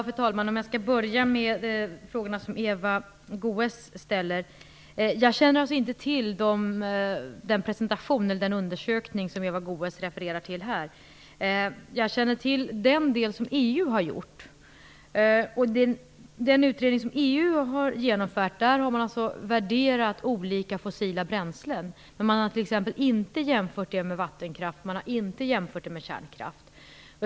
Fru talman! Jag skall börja med de frågor som Eva Goës ställer. Jag känner inte till den undersökning som Eva Goës här refererar till. Jag känner till den del som EU har gjort. I den utredning som EU har genomfört har man värderat olika fossila bränslen. Men man har t.ex. inte jämfört det med vattenkraft eller kärnkraft.